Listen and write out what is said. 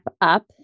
up